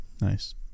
nice